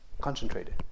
concentrated